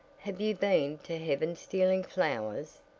have you been to heaven stealing flowers?